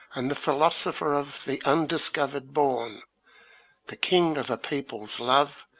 and the philosopher of the undiscovered bourne the king of a people's love,